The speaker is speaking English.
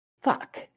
Fuck